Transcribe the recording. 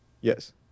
Yes